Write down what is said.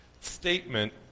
statement